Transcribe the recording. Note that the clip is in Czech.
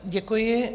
Děkuji.